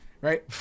right